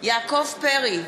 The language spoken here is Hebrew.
יעקב פרי,